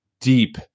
deep